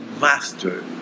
master